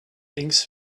things